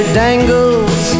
dangles